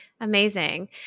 Amazing